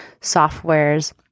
softwares